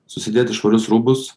susidėti švarius rūbus